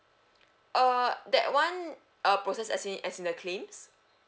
uh that one uh process as in as in the claims